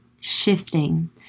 shifting